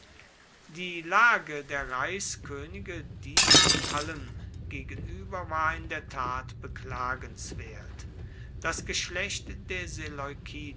die lage der reichskönige diesem allem gegenüber war in der tat beklagenswert das geschlecht der